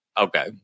Okay